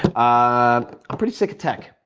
ah i'm pretty sick of tech.